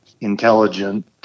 intelligent